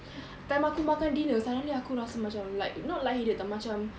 time aku makan dinner suddenly aku rasa macam light not light-headed [tau] macam